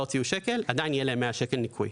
לא הוציאו שקל עדיין יהיה להם 100 ₪ ניכוי.